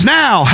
now